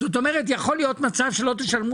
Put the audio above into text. זאת אומרת יכול להיות מצב שלא תשלמו